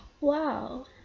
Wow